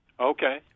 Okay